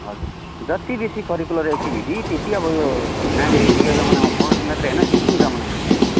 हजुर जति बेसी करिकुलर एक्टिभिटी त्यति अब यो नानीहरूले यो जमानामा पढ्ने मात्रै होइन सिक्ने जमाना आयो कि